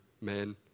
men